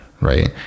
right